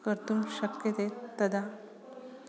कर्तुं शक्यते तदा